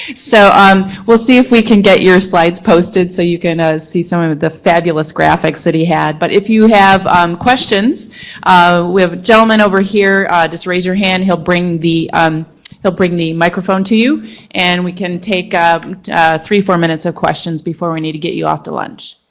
so um we'll see if we can get your slides posted so you can ah see some of of the fabulous graphics that he had, but if you have um questions we have a gentleman over here just raise your hand he'll bring, um he'll bring the microphone to you and we can take ah three four minutes of questions before we need to get you off to lunch.